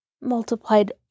multiplied